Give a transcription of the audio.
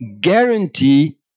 guarantee